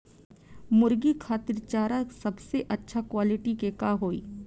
मुर्गी खातिर चारा सबसे अच्छा क्वालिटी के का होई?